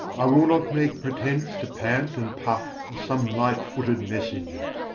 i will not make pretense to pant and puff as some light-footed messenger.